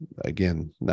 again